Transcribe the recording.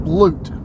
loot